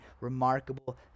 remarkable